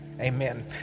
amen